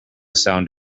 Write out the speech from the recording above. sound